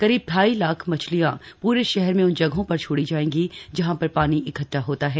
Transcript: करीब ढाई लाख मछलियां पूरे शहर में उन जगहों पर छोड़ी जाएगी जहां पर पानी इकद्वा होता है